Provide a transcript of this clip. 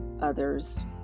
others